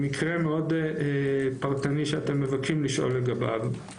למקרה מאוד פרטני שאתם מבקשים לשאול לגביו.